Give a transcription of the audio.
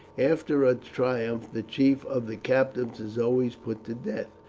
after a triumph the chief of the captives is always put to death,